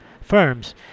firms